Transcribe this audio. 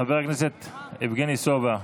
חבר הכנסת יבגני סובה,